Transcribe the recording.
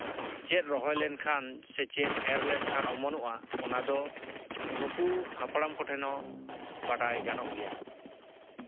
ᱪᱮᱫ ᱨᱚᱦᱚᱭ ᱞᱮᱱᱠᱷᱟᱱ ᱥᱮ ᱪᱮᱫ ᱮᱨ ᱞᱮᱱᱠᱷᱟᱱ ᱚᱢᱚᱱᱚᱜᱼᱟ ᱚᱱᱟ ᱫᱚ ᱱᱩᱠᱩ ᱦᱟᱯᱲᱟᱢ ᱠᱚᱴᱷᱮᱱ ᱦᱚᱸ ᱵᱟᱰᱟᱭ ᱜᱟᱱᱚᱜ ᱜᱮᱭᱟ